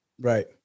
Right